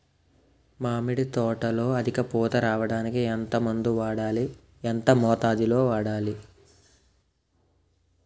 మామిడి తోటలో అధిక పూత రావడానికి ఎంత మందు వాడాలి? ఎంత మోతాదు లో వాడాలి?